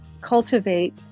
cultivate